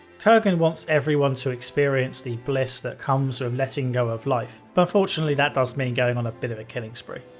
kerghan wants everyone to experience the bliss that comes with letting go of life, but unfortunately that does mean going on a bit of a killing spree.